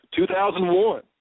2001